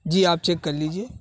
جی آپ چیک کر لیجیے